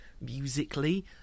musically